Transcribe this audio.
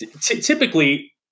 typically